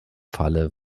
falle